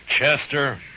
Chester